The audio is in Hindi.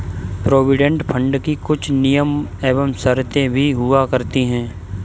प्रोविडेंट फंड की कुछ नियम एवं शर्तें भी हुआ करती हैं